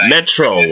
Metro